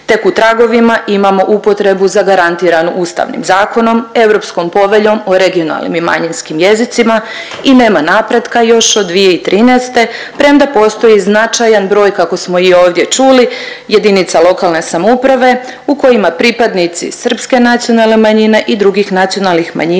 Tek u tragovima imamo upotrebu zagarantiranu Ustavnim zakonom, Europskom poveljom o regionalnim i manjinskim jezicima i nema napretka još od 2013., premda postoji značajan broj kako smo i ovdje čuli, jedinica lokalne samouprave u kojima pripadnici srpske nacionalne manjine i drugih nacionalnih manjina